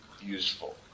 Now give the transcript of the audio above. useful